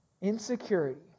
Insecurity